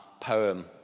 poem